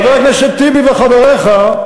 חבר הכנסת טיבי וחבריך,